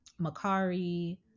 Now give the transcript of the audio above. makari